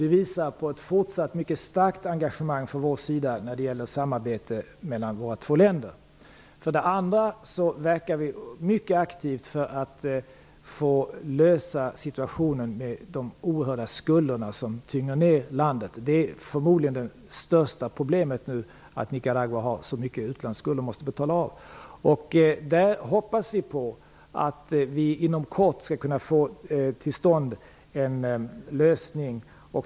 Det visar på ett fortsatt mycket starkt engagemang från vår sida när det gäller samarbetet mellan Vidare verkar vi mycket aktivt för att lösa situationen med de oerhörda skulder som tynger ner landet. Det förmodligen största problemet nu är att Nicaragua har en mycket stor utlandsskuld som det måste betala av på. Där hoppas vi att vi inom kort skall kunna få till stånd en lösning.